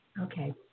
Okay